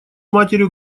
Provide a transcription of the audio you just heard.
матерью